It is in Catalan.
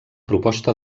proposta